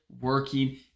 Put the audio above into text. working